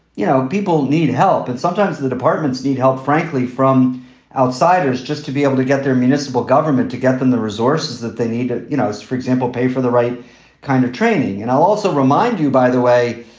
you know, people need help. and sometimes the departments need help, frankly, from outsiders just to be able to get their municipal government to get them the resources that they need. ah you know, for example, pay for the right kind of training. and i'll also remind you, by the way,